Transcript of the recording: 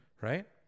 Right